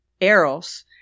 Eros